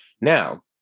Now